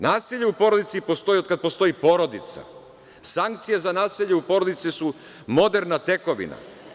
Nasilje u porodici postoji od kada postoji porodica, sankcije za nasilje u porodici su moderna tekovina.